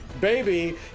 baby